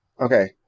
Okay